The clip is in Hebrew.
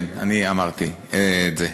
כן, אמרתי את זה.